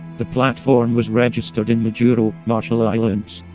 the platform was registered in majuro, marshall islands.